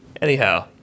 Anyhow